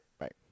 right